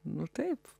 nu taip